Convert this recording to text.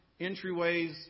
entryways